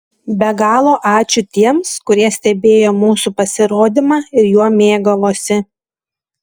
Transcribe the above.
be galo ačiū tiems kurie stebėjo mūsų pasirodymą ir juo mėgavosi